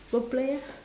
go play lah